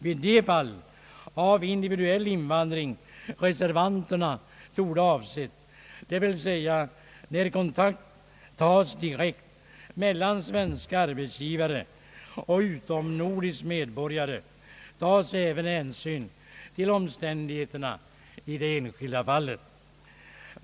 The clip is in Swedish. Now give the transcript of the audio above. Vid de fall av individuell invandring som reservanterna torde ha avsett, dvs. när kontakt tas direkt mellan svenska arbetsgivare och en utomnordisk medborgare, tas även hänsyn till omständigheterna i det enskilda fallet.